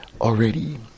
already